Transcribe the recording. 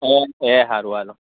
okay હારું હાલો